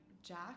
Jack